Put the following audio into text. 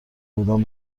بودم